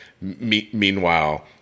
Meanwhile